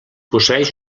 posseeix